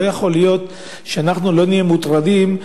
לא יכול להיות שלא נהיה מוטרדים,